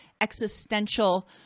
existential